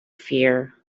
fear